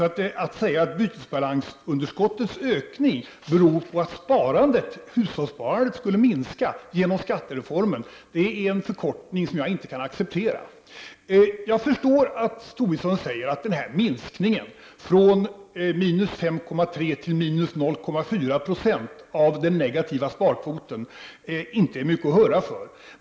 Att säga att bytesbalansunderskottets ökning beror på att hushållssparandet skulle minska genom skattereformen är en förenkling som jag inte kan acceptera. Jag förstår att Lars Tobisson säger att minskningen från minus 5,3 till minus 0,4 90 av den negativa sparkvoten inte är mycket att hurra för.